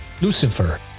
Lucifer